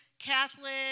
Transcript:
Catholic